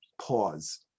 pause